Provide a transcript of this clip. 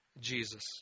Jesus